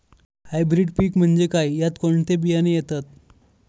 Hybrid पीक म्हणजे काय? यात कोणते बियाणे येतात?